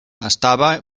estava